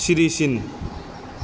sericin